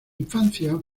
infancia